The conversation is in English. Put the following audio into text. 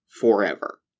forever